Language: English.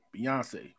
Beyonce